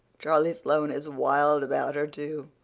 charlie sloane is wild about her, too,